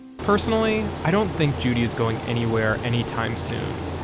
personally, i don't think judy is going anywhere anytime soon,